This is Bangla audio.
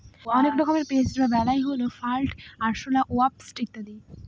অনেক রকমের পেস্ট বা বালাই হল ফ্লাই, আরশলা, ওয়াস্প ইত্যাদি